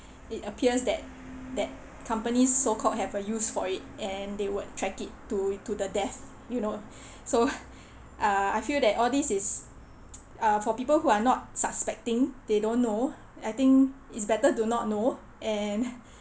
it appears that that company so called have a use for it and they would track it to to the death you know so uh I feel that all this is uh for people who are not suspecting they don't know I think it's better to not know and